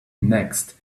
next